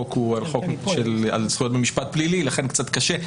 שהחוק הוא על זכויות במשפט פלילי, לכן זה קצת קשה.